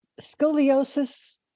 scoliosis